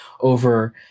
over